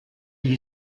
gli